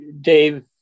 Dave